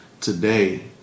today